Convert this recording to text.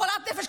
חולת נפש,